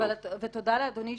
ותודה לאדוני,